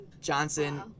Johnson